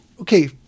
okay